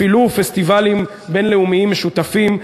אפילו פסטיבלים בין-לאומיים משותפים,